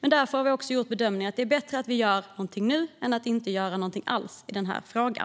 Vi har dock gjort bedömningen att det är bättre att vi gör någonting nu än att vi inte gör någonting alls i den här frågan.